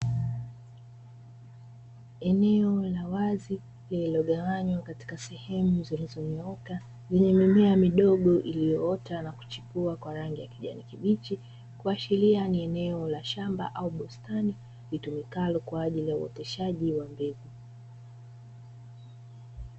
Eneo la wazi liliogawanywa katika sehemu zilizonyooka, lenye mimea midogo iliyoota na kuchipua kwa rangi ya kijani kibichi. Kuashiria ni eneo la shamba au bustani, litumikalo kwa ajili ya uoteshaji wa mbegu.